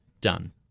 done